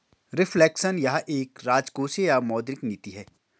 reflection यह एक राजकोषीय या मौद्रिक नीति है